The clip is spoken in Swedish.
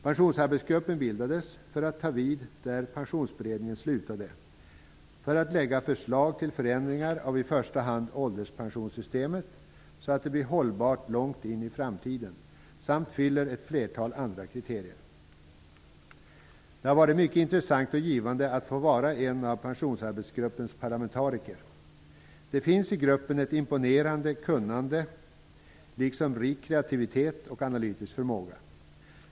Pensionsarbetsgruppen bildades för att ta vid där Pensionsberedningen slutade och lägga fram förslag till förändringar av i första hand ålderspensionssystemet, så att det blir hållbart långt in i framtiden samt uppfyller ett flertal andra kriterier. Det har varit mycket intressant och givande att få vara en av Pensionsarbetsgruppens parlamentariker. Det finns i gruppen ett imponerande kunnande liksom rik kreativitet och analytisk förmåga.